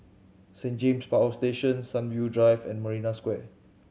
Saint James Power Station Sunview Drive and Marina Square